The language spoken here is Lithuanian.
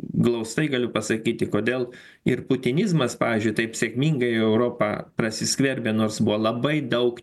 glaustai galiu pasakyti kodėl ir putinizmas pavyzdžiui taip sėkmingai į europą prasiskverbė nors buvo labai daug